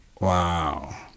Wow